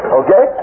okay